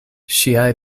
ŝiaj